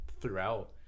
throughout